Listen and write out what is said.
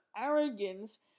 arrogance